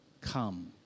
come